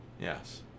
Yes